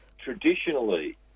Traditionally